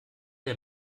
der